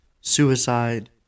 suicide